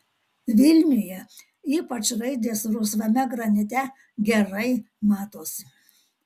vilniuje ypač raidės rusvame granite gerai matosi